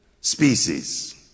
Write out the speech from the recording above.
species